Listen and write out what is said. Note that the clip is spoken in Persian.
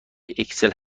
اکسل